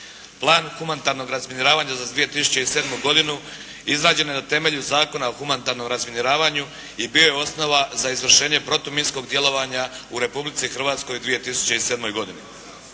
Plan humanitarnog razminiravanja za 2007. godinu izrađen je na temelju Zakona o humanitarnom razminiravanju i bio je osnova za izvršenje protuminskog djelovanja u Republici Hrvatskoj u 2007. godini.